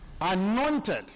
anointed